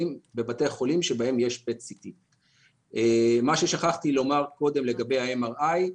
בבתי החולים בהם יש PET CT. מה ששכחתי לומר קודם לגבי ה-MRI,